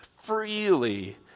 freely